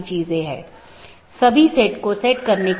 update message मूल रूप से BGP साथियों के बीच से रूटिंग जानकारी है